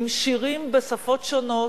עם שירים בשפות שונות,